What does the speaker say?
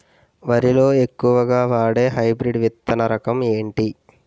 వరి లో ఎక్కువుగా వాడే హైబ్రిడ్ విత్తన రకం ఏంటి?